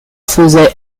faisait